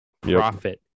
Profit